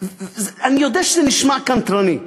אני יודע שזה נשמע קנטרני,